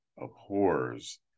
Abhors